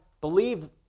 believe